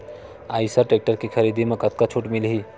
Eicher tractor के खरीदी म कतका छूट मिलही?